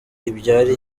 ibyara